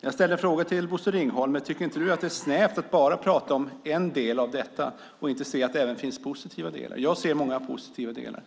Jag ställde en fråga till Bosse Ringholm. Tycker inte du att det är snävt att bara prata om en del av detta och inte se att det även finns positiva delar? Jag ser många positiva delar.